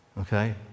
okay